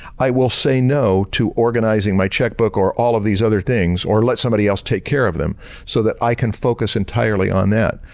i will say no to organizing my checkbook or all of these other things or let somebody else take care of them so that i can focus entirely on that.